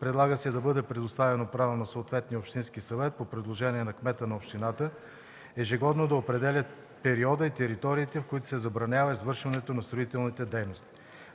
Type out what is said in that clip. Предлага се да бъде предоставено право на съответния общински съвет по предложение на кмета на общината ежегодно да определя периода и териториите, в които се забранява извършването на строителни дейности.